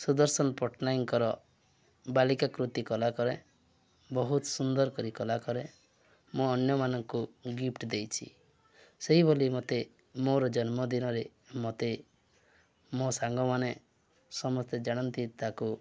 ସୁଦର୍ଶନ ପଟ୍ଟନାୟକଙ୍କର ବାଲିକା କୃତି କଲା କରେ ବହୁତ ସୁନ୍ଦର କରି କଲା କରେ ମୁଁ ଅନ୍ୟମାନଙ୍କୁ ଗିଫ୍ଟ ଦେଇଛି ସେଇଭଳି ମୋତେ ମୋର ଜନ୍ମଦିନରେ ମୋତେ ମୋ ସାଙ୍ଗମାନେ ସମସ୍ତେ ଜାଣନ୍ତି ତାକୁ